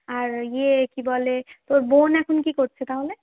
আর কি বলে তোর বোন এখন কি করছে তাহলে